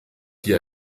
hier